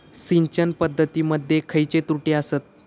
सिंचन पद्धती मध्ये खयचे त्रुटी आसत?